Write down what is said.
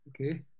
Okay